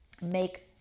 make